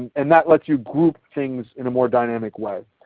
and that let you group things in a more dynamic way.